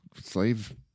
slave